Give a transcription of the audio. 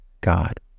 God